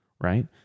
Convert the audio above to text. right